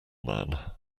man